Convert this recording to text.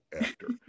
actor